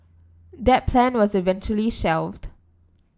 that plan was eventually shelved